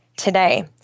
today